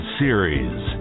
series